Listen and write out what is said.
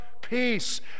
Peace